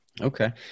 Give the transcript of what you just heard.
Okay